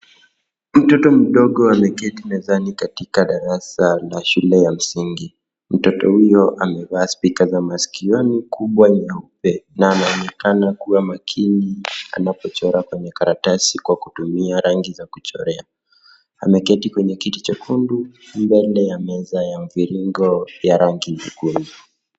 Mtoto mdogo ameketi mezani katika darasa labda shule ya msingi. Mtoto huyo amevaa spika za masikioni kubwa nyeupe na anaonekana kuwa makini anapochora kwenye karatasi kwa kutumia rangi za kuchorea. Ameketi kwenye kiti chekundu mbele ya meza ya mviringo ya rangi nyekundu.